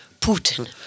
Putin